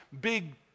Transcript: big